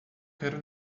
quero